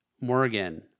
Morgan